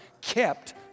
kept